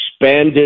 expanded